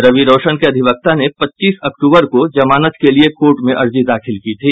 रवि रौशन के अधिवक्ता ने पच्चीस अक्टूबर को जमानत के लिये कोर्ट में अर्जी दाखिल की थी